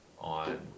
on